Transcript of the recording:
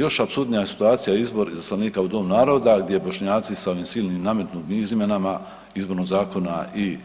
Još apsurdnija situacija je izbor izaslanika u Dom naroda gdje Bošnjaci s ovim silnim nametnutim izmjenama Izbornog zakona i